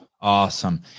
Awesome